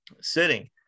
sitting